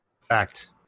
Fact